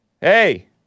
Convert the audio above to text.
Hey